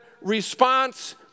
response